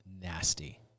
nasty